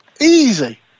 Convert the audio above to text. easy